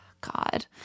God